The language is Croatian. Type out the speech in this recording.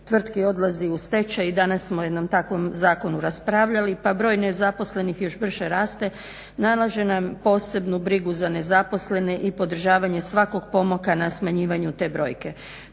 tvrtki odlazi u stečaj i danas smo o jednom takvom zakonu raspravljali pa broj nezaposlenih još brže raste, nalaže nam posebnu brigu za nezaposlene i podržavanje svakog pomaka na smanjivanju te brojke.